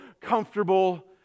comfortable